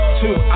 two